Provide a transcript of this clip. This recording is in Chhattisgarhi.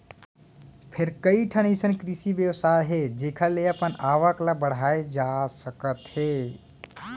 फेर कइठन अइसन कृषि बेवसाय हे जेखर ले अपन आवक ल बड़हाए जा सकत हे